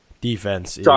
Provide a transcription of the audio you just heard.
defense